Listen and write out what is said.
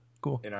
cool